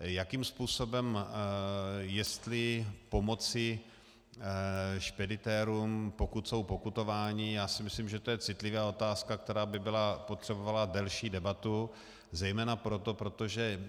Jakým způsobem, jestli pomoci speditérům, pokud jsou pokutováni, já si myslím, že to je citlivá otázka, která by potřebovala delší debatu, zejména proto, protože